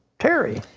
terry.